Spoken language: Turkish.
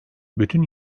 bütün